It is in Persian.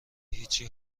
هیچی